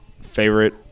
favorite